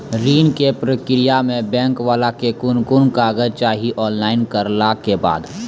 ऋण के प्रक्रिया मे बैंक वाला के कुन कुन कागज चाही, ऑनलाइन करला के बाद?